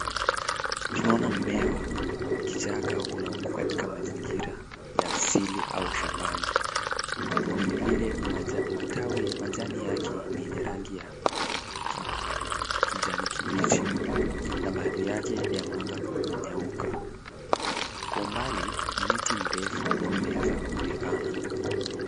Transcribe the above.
Tunaona mmea wa kichaka unaokua katika mazingira ya asili au shambani. Vilevile majani yake ni yenye rangi ya kijani kibichi na baadhi yake yameanza kunyauka. Kwa umbali miti mirefu inaweza kuonekana.